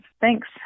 thanks